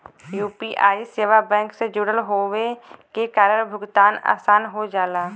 UPI सेवा bank से जुड़ल होये के कारण भुगतान आसान हो जाला